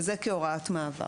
וזה כהוראת מעבר.